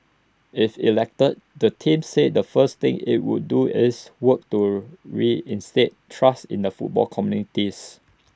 if elected the team said the first thing IT would do is work to reinstate trust in the football communities